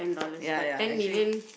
ya ya actually